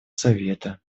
совета